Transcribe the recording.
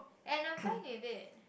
and I'm fine with it